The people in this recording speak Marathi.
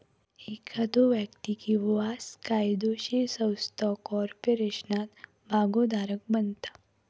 एखादो व्यक्ती किंवा कायदोशीर संस्था कॉर्पोरेशनात भागोधारक बनता